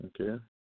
Okay